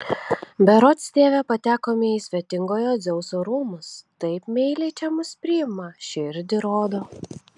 berods tėve patekome į svetingojo dzeuso rūmus taip meiliai čia mus priima širdį rodo